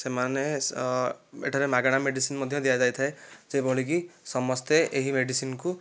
ସେମାନେ ଏଠାରେ ମାଗଣା ମେଡିସିନ୍ ମଧ୍ୟ ଦିଆଯାଇଥାଏ ଯେଭଳିକି ସମସ୍ତେ ଏହି ମେଡିସିନ୍କୁ